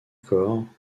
corps